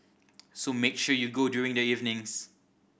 so make sure you go during the evenings